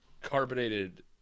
carbonated